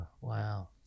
Wow